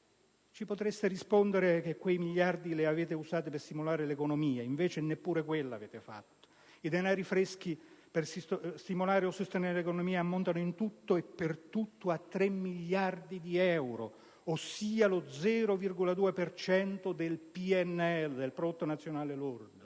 Ci potreste rispondere che quei miliardi li avete usati per "stimolare" l'economia, invece neppure quello avete fatto. I denari freschi per stimolare o sostenere l'economia ammontano, in tutto e per tutto, a 3 miliardi di euro, pari allo 0,2 per cento del prodotto nazionale lordo